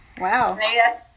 Wow